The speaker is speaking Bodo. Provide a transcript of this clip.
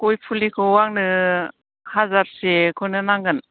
गय फुलिखौ आंनो हाजारसेखौनो नांगोन